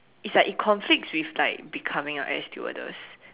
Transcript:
it's like conflict with like becoming like a air stewardess